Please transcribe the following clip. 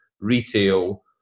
retail